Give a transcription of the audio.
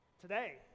today